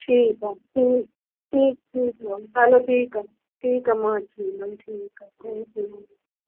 ठीकु आहे ठीकु ठीकु ठीकु आहे हलो ठीकु आहे ठीकु आहे मां अची वेंदमि ठीकु आहे जय झूलेलाल